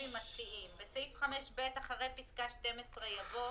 מספר ימים.